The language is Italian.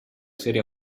serie